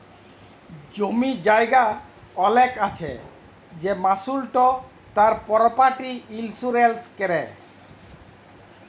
জমি জায়গা অলেক আছে সে মালুসট তার পরপার্টি ইলসুরেলস ক্যরে